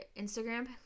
instagram